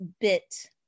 bit